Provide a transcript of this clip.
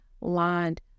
lined